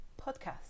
podcast